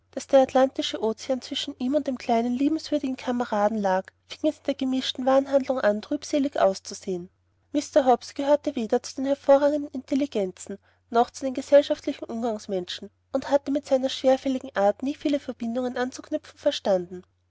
daß der atlantische ozean zwischen ihm und dem kleinen liebenswürdigen kameraden lag fing es in der gemischten warenhandlung an trübselig auszusehen mr hobbs gehörte weder zu den hervorragenden intelligenzen noch zu den gesellschaftlichen umgangsmenschen und hatte mit seiner schwerfälligen art nie viele verbindungen anzuknüpfen verstanden